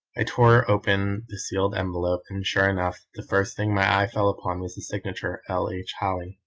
i tore open the sealed envelope, and sure enough the first thing my eye fell upon was the signature, l. h. holly.